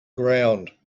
ground